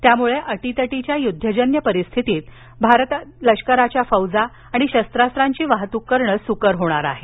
त्यामुळे अटीतटीच्या युद्धजन्य परिस्थितीत भरातील लष्कराच्या फौजा आणि शस्त्रास्त्रांची वाहतूक करणं सुकर होणार आहे